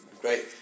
great